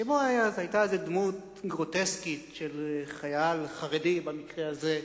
שבו היתה איזו דמות גרוטסקית של איזה חייל חרדי במקרה הזה,